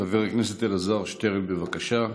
חבר הכנסת אלעזר שטרן, בבקשה.